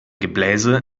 gebläse